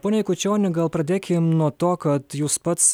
pone jakučioni gal pradėkim nuo to kad jūs pats